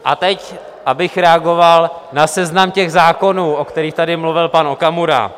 A teď bych reagoval na seznam zákonů, o kterých tady mluvil pan Okamura.